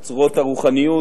אוצרות הרוחניות,